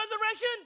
resurrection